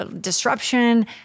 disruption